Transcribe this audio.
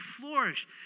flourish